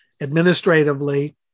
administratively